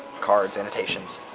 cards, annotations,